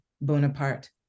Bonaparte